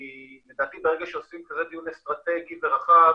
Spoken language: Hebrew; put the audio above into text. כי לדעתי ברגע שעושים כזה דיון אסטרטגי רחב,